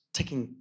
Taking